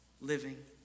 living